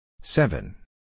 seven